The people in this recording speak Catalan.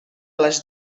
les